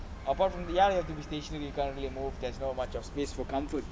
apart from the ya you have to be stationary you can't move there's not much of space for comfort